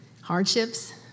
hardships